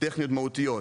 טכניות מהותיות,